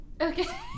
Okay